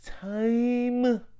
time